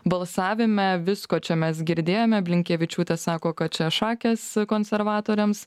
balsavime visko čia mes girdėjome blinkevičiūtė sako kad čia šakės konservatoriams